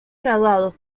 graduados